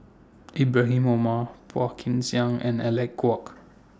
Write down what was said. Ibrahim Omar Phua Kin Siang and Alec Kuok